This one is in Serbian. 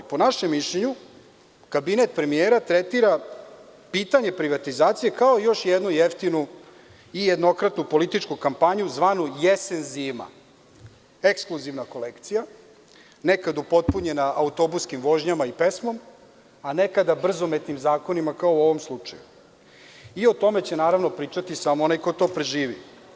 Po našem mišljenju, Kabinet premijera tretira pitanje privatizacije kao još jednu jeftinu i jednokratnu političku kampanju, zvanu jesen-zima, ekskluzivna kolekcija, nekada upotpunjena autobuskim vožnjama i pesmom, a nekad brzometnim zakonima, kao u ovom slučaju i o tome će naravno pričati samo onaj ko to preživi.